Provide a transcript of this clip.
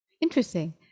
interesting